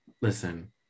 listen